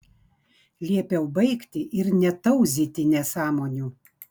liepiau baigti ir netauzyti nesąmonių